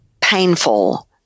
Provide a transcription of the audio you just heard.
painful